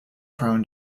prone